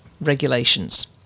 regulations